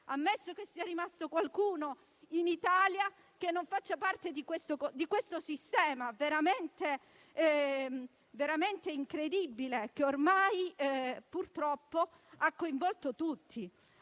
ammesso che sia rimasto qualcuno in Italia che non faccia parte di questo sistema veramente incredibile, che ormai purtroppo ha coinvolto tutti.